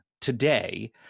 today